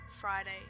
Friday